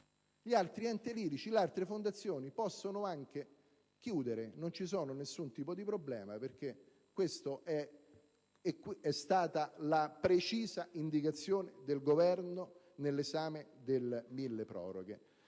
Gli altri enti lirici, le altre fondazioni possono anche chiudere, non c'è alcun tipo di problema perché questa è la precisa indicazione del Governo emersa nel corso dell'esame del milleproroghe.